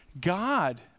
God